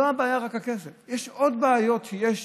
הבעיה היא לא רק הכסף.